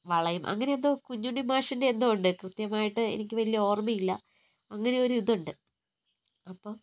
വളയും അങ്ങനെയെന്തോ കുഞ്ഞുണ്ണി മാഷിൻ്റെ എന്തോ ഉണ്ട് കൃത്യമായിട്ട് എനിക്ക് വലിയ ഓർമ്മ ഇല്ല അങ്ങനെയൊരിതുണ്ട് അപ്പം